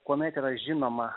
kuomet yra žinoma